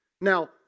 Now